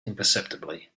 imperceptibly